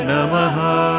Namaha